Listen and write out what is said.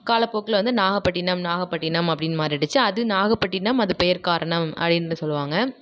காலப்போக்கில் வந்து நாகப்பட்டினம் நாகப்பட்டினம் அப்படீன்னு மாறிடுச்சி அது நாகப்பட்டினம் அது பெயர் காரணம் அப்டின்னு சொல்லுவாங்க